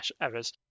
errors